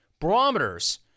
barometers